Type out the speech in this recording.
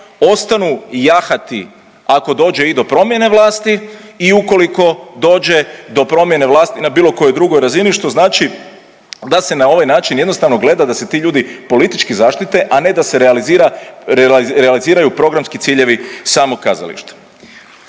ostanu i jahati ako dođe i do promjene vlasti i ukoliko dođe do promjene vlasti na bilo kojoj drugoj razini što znači da se na ovaj način jednostavno gleda da se ti ljudi politički zaštite, a ne da se realizira, realiziraju programski ciljevi samog kazališta.